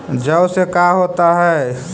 जौ से का होता है?